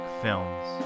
films